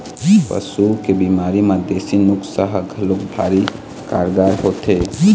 पशु के बिमारी म देसी नुक्सा ह घलोक भारी कारगार होथे